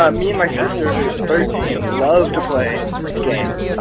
ah me and my sister, who is thirteen, love to play games.